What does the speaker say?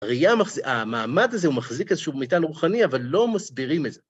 המעמד הזה הוא מחזיק איזשהו מטען רוחני, אבל לא מסבירים את זה.